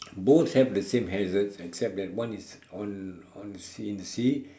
both have the same hazards except that one is on on the sea in the sea